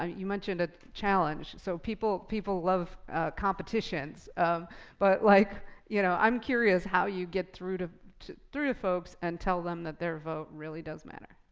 um you mentioned a challenge. so people people love competitions. um but like you know i'm curious how you get through to to folks, and tell them that they're vote really does matter.